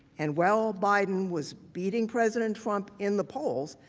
and while biden was beating president trump in the polls,